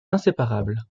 inséparables